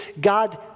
God